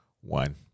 one